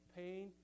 pain